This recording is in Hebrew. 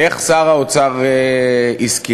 איך שר האוצר הסכים?